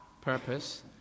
purpose